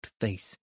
face